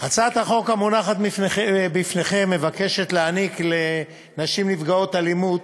הצעת החוק המונחת בפניכם מבקשת להעניק לנשים נפגעות אלימות